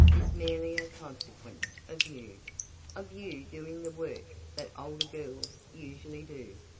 is merely a consequence of you of you doing the work that older girls usually do.